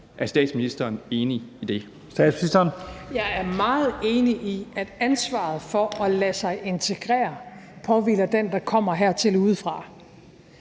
Statsministeren (Mette Frederiksen): Jeg er meget enig i, at ansvaret for at lade sig integrere påhviler den, der kommer hertil udefra.